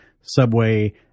subway